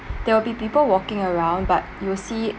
there will be people walking around but you will see